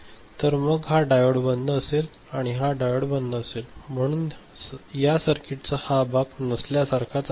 तर मग हा डायोड बंद असेल आणि हा डायोड बंद असेल म्हणून या सर्किटचा हा भाग नसल्यासारखाच आहे